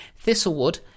Thistlewood